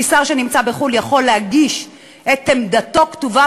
כי שר שנמצא בחו"ל יכול להגיש את עמדתו כתובה,